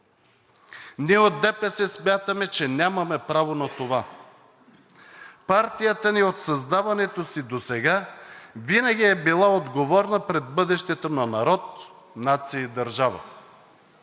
Ние от ДПС смятаме, че нямаме право на това. Партията ни от създаването си досега винаги е била отговорна пред бъдещето на народ, нация и държава.